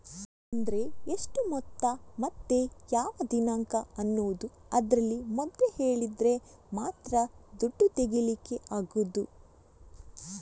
ಆದ್ರೆ ಎಷ್ಟು ಮೊತ್ತ ಮತ್ತೆ ಯಾವ ದಿನಾಂಕ ಅನ್ನುದು ಅದ್ರಲ್ಲಿ ಮೊದ್ಲೇ ಹೇಳಿದ್ರೆ ಮಾತ್ರ ದುಡ್ಡು ತೆಗೀಲಿಕ್ಕೆ ಆಗುದು